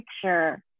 picture